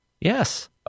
yes